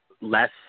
less